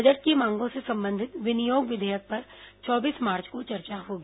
budget की मांगों से संबंधित विनियोग विधेयक पर चौबीस मार्च को चर्चा होगी